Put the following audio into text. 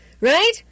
right